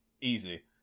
Easy